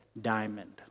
diamond